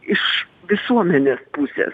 iš visuomenės pusės